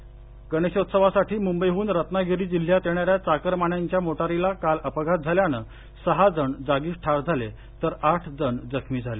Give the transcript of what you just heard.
अपघात गणेशोत्सवासाठी मुंबईहन रत्नागिरी जिल्ह्यात येणाऱ्या चाकरमान्यांच्या मोटारीला काल अपघात झाल्यानं सहा जण जागीच ठार तर आठ जण जखमी झाले